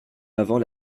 avant